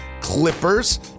Clippers